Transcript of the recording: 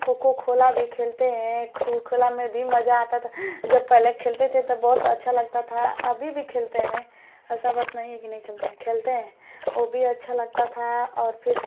खो खो खोला भी खेलते हैं खो खोला में भी मज़ा आता था जब पहले खेलते थे तब बहुत अच्छा लगता था अभी भी खेलते हैं ऐसी बात नहीं है कि नहीं खेलते हैं खेलते हैं वह भी अच्छा लगता था और फिर